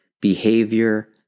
behavior